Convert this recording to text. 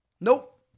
Nope